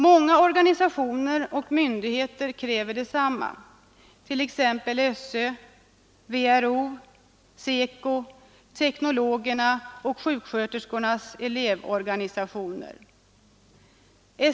Många organisationer och myndigheter kräver detsamma, t.ex. SÖ, VRO, SECO, teknologerna och sjuksköterskornas elevorganisationer.